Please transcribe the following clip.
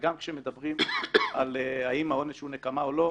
וגם כשמדברים על האם העונש הוא נקמה או לא,